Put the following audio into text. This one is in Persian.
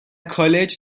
کالج